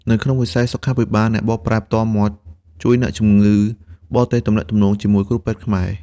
នៅក្នុងវិស័យសុខាភិបាល អ្នកបកប្រែផ្ទាល់មាត់ជួយអ្នកជំងឺបរទេសទំនាក់ទំនងជាមួយគ្រូពេទ្យខ្មែរ។